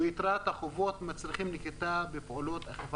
ויתרת החובות מצריכות נקיטה בפעולות אכיפה